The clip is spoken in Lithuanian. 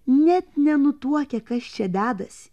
net nenutuokia kas čia dedasi